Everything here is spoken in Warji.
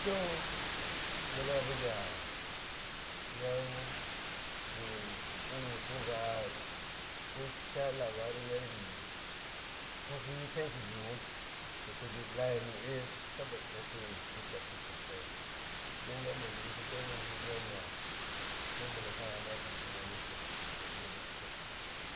To muna buja yan yan bu puni ko ga mun ca lbari yandi kwashiyi tan ci ʒhimiya ghi kuʒi Di layanni e, tabba khin fiwi ci ca fi ci faka yan dinnan bu hyi ƙƙyi mun hyi ɗiva mun bu ndaka ghama kantoman ni Sir, bu kujali ti Sir